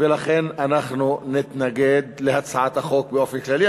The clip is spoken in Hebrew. ולכן אנחנו נתנגד להצעת החוק באופן כללי.